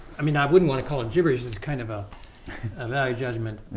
i mean i wouldn't want to call it gibberish. it's kind of a ah value judgment.